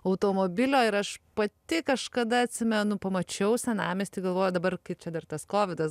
automobilio ir aš pati kažkada atsimenu pamačiau senamiesty galvoju dabar kai čia dar tas kovidas